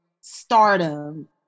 stardom